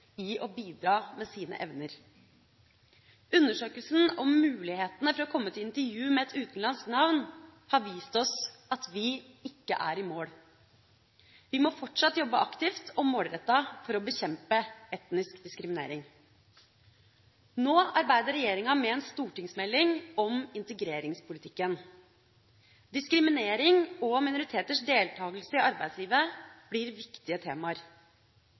i å bidra med sine evner. Undersøkelsen om mulighetene for å komme til intervju med et utenlandsk navn, har vist oss at vi ikke er i mål. Vi må fortsatt jobbe aktivt og målrettet for å bekjempe etnisk diskriminering. Nå arbeider regjeringa med en stortingsmelding om integreringspolitikken. Diskriminering og minoriteters deltakelse i arbeidslivet blir viktige temaer.